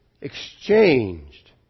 exchanged